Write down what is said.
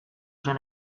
zen